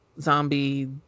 zombie-